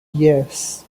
yes